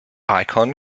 icon